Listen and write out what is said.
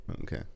Okay